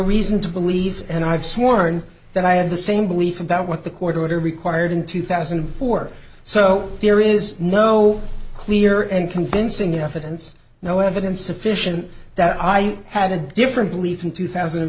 reason to believe and i've sworn that i had the same belief about what the court order required in two thousand and four so there is no clear and convincing evidence no evidence sufficient that i i had a different belief in two thousand and